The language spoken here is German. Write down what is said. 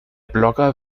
blogger